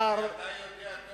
כשיכלו להעביר את זה